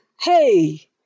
Hey